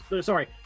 sorry